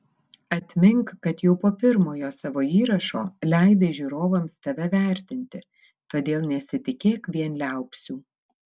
atmink kad jau po pirmojo savo įrašo leidai žiūrovams tave vertinti todėl nesitikėk vien liaupsių